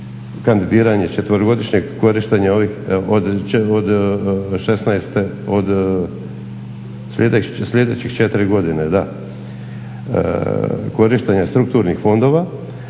kandidiranje, četverogodišnjeg korištenja od sljedećih četiri godine, da, korištenja strukturnih fondova.